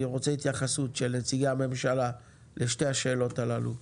אני רוצה התייחסות של נציגי הממשלה לשתי השאלות הללו.